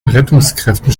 rettungskräften